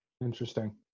Interesting